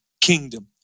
kingdom